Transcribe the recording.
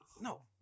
no